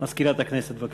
מזכירת הכנסת, בבקשה.